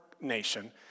nation